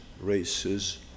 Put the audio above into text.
races